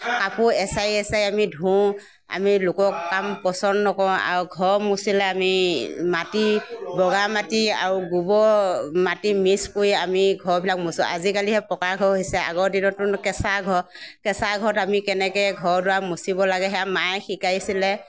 কাপোৰ এছাৰি এছাৰি আমি ধুওঁ আমি লোকক কাম পচন্দ নকৰোঁ আৰু ঘৰ মোচিলে আমি মাটি বগা মাটি আৰু গোবৰ মাটি মিছ কৰি আমি ঘৰবিলাক মোচোঁ আজিকালিহে পকা ঘৰ হৈছে আগৰ দিনততো কেঁচা ঘৰ কেঁচা ঘৰত আমি কেনেকৈ ঘৰ দুৱাৰ মোচিব লাগে সেয়া মায়ে শিকাইছিলে